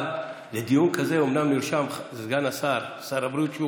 אבל לדיון הזה אומנם נרשם סגן שר הבריאות,